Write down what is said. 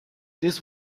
this